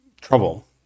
trouble